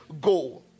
go